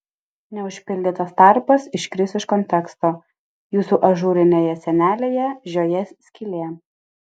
neužpildytas tarpas iškris iš konteksto jūsų ažūrinėje sienelėje žiojės skylė